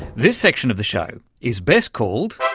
this section of the show is best called,